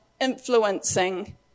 influencing